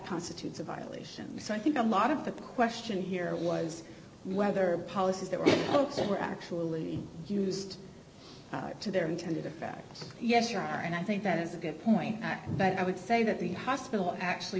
constitutes a violation so i think a lot of the question here was whether the policies that were folks were actually used to their intended effect yes you are and i think that is a good point but i would say that the hospital actually